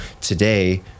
today